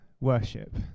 worship